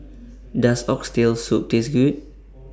Does Oxtail Soup Taste Good